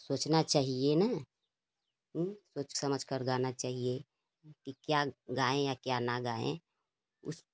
सोचना चाहिए ना सोच समझकर गाना चाहिए कि क्या गाएँ या क्या ना गाएँ उस